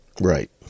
right